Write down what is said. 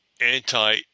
anti